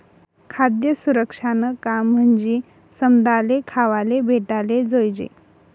खाद्य सुरक्षानं काम म्हंजी समदासले खावाले भेटाले जोयजे